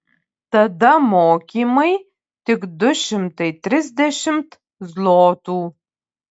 tada mokymai tik du šimtai trisdešimt zlotų